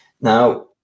Now